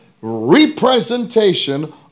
Representation